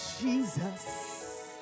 Jesus